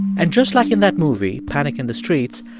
and just like in that movie panic in the streets,